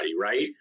Right